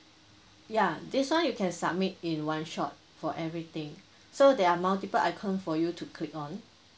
ya this [one] you can submit in one shot for everything so there are multiple icon for you to click on